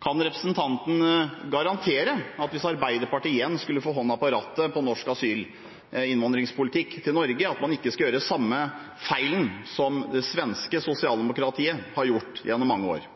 Kan representanten Tajik garantere at hvis Arbeiderpartiet igjen skulle få hånda på rattet på norsk asyl- og innvandringspolitikk, skal man ikke gjøre den samme feilen som det svenske sosialdemokratiet har gjort gjennom mange år?